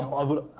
um i would.